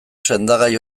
sendagai